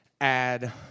add